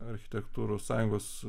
architektūros sąjungos